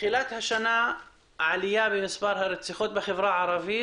מתחילת השנה חלה עלייה במספר הרציחות בחברה הערבית.